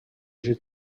j’ai